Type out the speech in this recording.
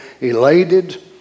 elated